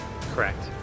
Correct